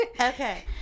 Okay